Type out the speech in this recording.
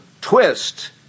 twist